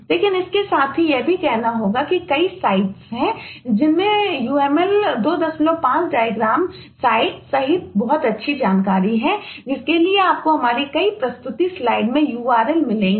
लेकिन इसके साथ ही यह भी कहना होगा कि कई साइटेंमें URL मिलेंगे